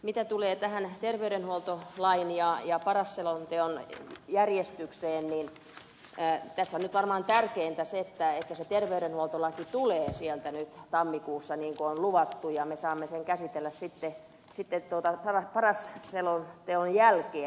mitä tulee tähän terveydenhuoltolain ja paras selonteon järjestykseen niin tässä nyt on varmaan tärkeintä se että se terveydenhuoltolaki tulee sieltä tammikuussa niin kuin on luvattu ja me saamme sen käsitellä sitten paras selonteon jälkeen